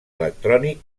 electrònic